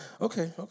okay